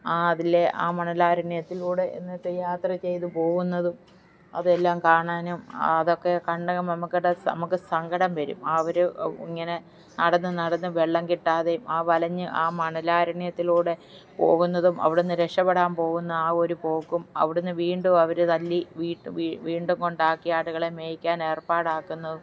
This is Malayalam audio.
ആ അതിലെ ആ മണലാരണ്യത്തിലൂടെ എന്നിട്ട് യാത്ര ചെയ്ത് പോവുന്നതും അതെല്ലാം കാണാനും അതൊക്കെ കണ്ട് നമുക്കത് നമുക്ക് സങ്കടം വരും ആ ഒരു ഇങ്ങനെ നടന്ന് നടന്ന് വെള്ളം കിട്ടാതെയും ആ വലഞ്ഞ് ആ മണലാരണ്യത്തിലൂടെ പോവുന്നതും അവിടെ നിന്ന് രക്ഷപെടാൻ പോവുന്ന ആ ഒരു പോക്കും അവിടെ നിന്ന് വീണ്ടും അവർ തല്ലി വീണ്ടും കൊണ്ടാക്കി ആടുകളെ മേയ്ക്കാൻ ഏർപ്പാടാക്കുന്നതും